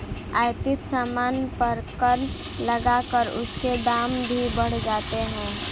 आयातित सामान पर कर लगाकर उसके दाम भी बढ़ जाते हैं